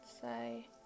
say